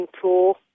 tool